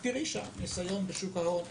את תראי שם ניסיון בשוק ההון,